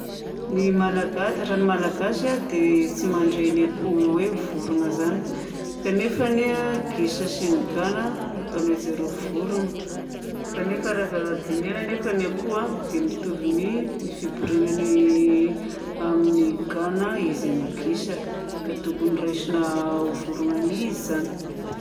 Ny Malaga- raha ny Malagasy dia tsy mandray ny akoho hoe vorona izany kanefa a gisa sy ny gana ataon'ny zareo vorona. Kanefa rafa dinihina anefa ny akoho a dia mitovy ny fiboriana ny amin'ny gana izy an'ny gisa ka tokony ho raisina vorona mihizy izany.